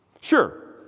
Sure